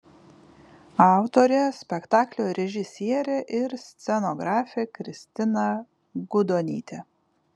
autorė spektaklio režisierė ir scenografė kristina gudonytė